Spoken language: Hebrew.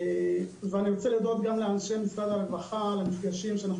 אני רוצה להודות גם לאנשי משרד הרווחה על המפגשים שאנחנו